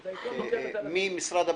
מי ממשרד הבריאות?